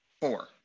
four